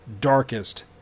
darkest